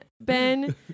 ben